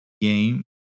game